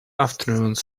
afternoons